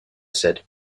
said